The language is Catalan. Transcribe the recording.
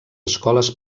escoles